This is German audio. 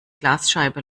glasscheibe